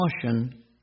caution